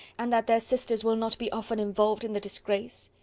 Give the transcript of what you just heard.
and that their sisters will not be often involved in the disgrace?